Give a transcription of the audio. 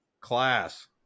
class